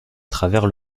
travers